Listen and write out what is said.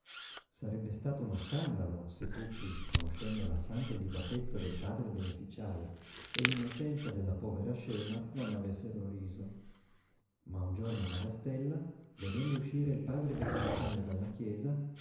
sarebbe stato uno scandalo se tutti conoscendo la santa illibatezza del padre beneficiale e l'innocenza della povera scema non ne avessero riso ma un giorno marastella vedendo uscire il padre beneficiale dalla chiesa